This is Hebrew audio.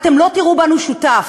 אתם לא תראו בנו שותף.